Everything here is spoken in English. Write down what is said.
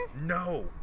No